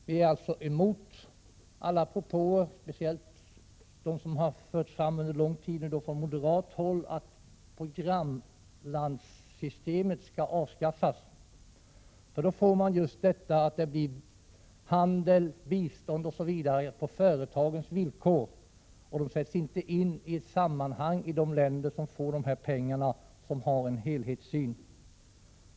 Vpk är emot alla propåer, speciellt dem som under lång tid har förts fram av moderaterna, om att programlandssystemet skall avskaffas. Om det sker kommer handeln och biståndet att skötas på företagens villkor. Det gör att man inte får någon helhetssyn över hur och var pengarna sätts in i de olika länderna.